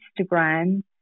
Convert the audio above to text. Instagram